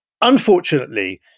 Unfortunately